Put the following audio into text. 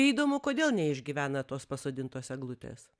įdomu kodėl neišgyvena tos pasodintos eglutės